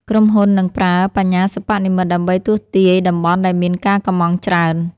ក្រុមហ៊ុននឹងប្រើ បញ្ញាសិប្បនិម្មិត ដើម្បីទស្សន៍ទាយតំបន់ដែលមានការកុម្ម៉ង់ច្រើន។